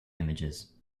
images